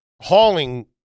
hauling